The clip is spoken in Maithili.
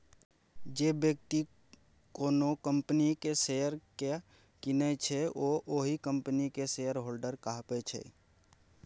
जे बेकती कोनो कंपनीक शेयर केँ कीनय छै ओ ओहि कंपनीक शेयरहोल्डर कहाबै छै